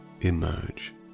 emerge